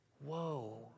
whoa